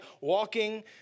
walking